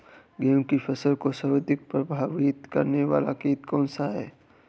गेहूँ की फसल को सर्वाधिक प्रभावित करने वाला कीट कौनसा है?